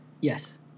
Yes